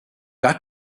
got